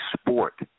sport